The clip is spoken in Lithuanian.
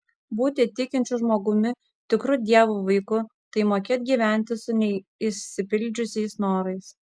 būti tikinčiu žmogumi tikru dievo vaiku tai mokėt gyventi su neišsipildžiusiais norais